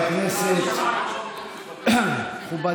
להוסטלים לנוער